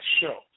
show